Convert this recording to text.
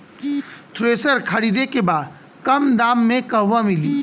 Thresher खरीदे के बा कम दाम में कहवा मिली?